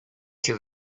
till